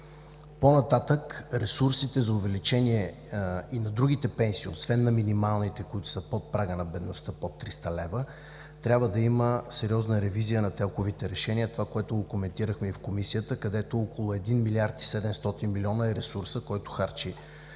По-нататък ресурсите за увеличение и на другите пенсии, освен на минималните, които са под прага на бедността, под 300 лв. – трябва да има сериозна ревизия на ТЕЛК-овите решения, което коментирахме и в Комисията, където около 1 млрд. 700 млн. е ресурсът, който харчи